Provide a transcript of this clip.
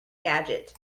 gadget